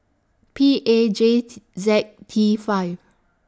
P A J Z T five